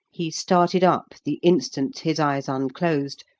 he started up the instant his eyes unclosed,